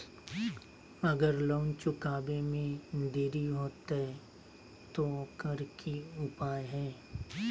अगर लोन चुकावे में देरी होते तो ओकर की उपाय है?